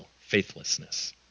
faithlessness